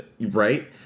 right